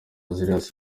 julius